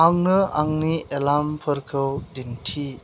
आंनो आंनि एलार्मफोरखौ दिन्थि